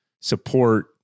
support